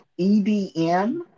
EDM